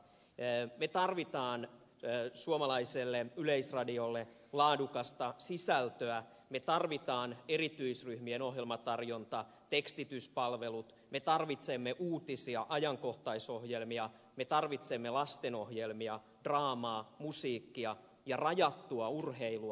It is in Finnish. me tarvitsemme suomalaiselle yleisradiolle laadukasta sisältöä me tarvitsemme erityisryhmien ohjelmatarjonta tekstityspalvelut me tarvitsemme uutisia ajankohtaisohjelmia me tarvitsemme lastenohjelmia draamaa musiikkia ja rajattua urheilua